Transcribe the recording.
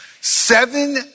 Seven